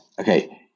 okay